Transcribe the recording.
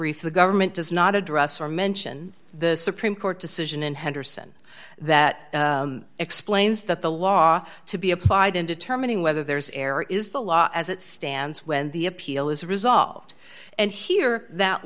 brief the government does not address or mention the supreme court decision in henderson that explains that the law to be applied in determining whether there's error is the law as it stands when the appeal is resolved and here that